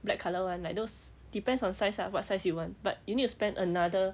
black colour [one] like those depends on size ah what size you want but you need to spend another